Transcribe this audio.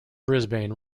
brisbane